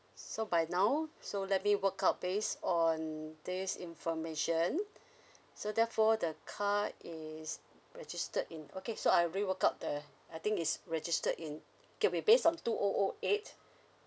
so by now so let me work out based on this information so therefore the car is registered in okay so I already work out the I think it's registered in okay we base on two O O eight